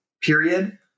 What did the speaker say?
period